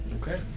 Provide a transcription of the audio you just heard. Okay